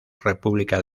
república